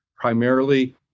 primarily